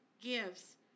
gives